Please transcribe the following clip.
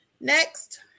next